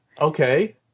Okay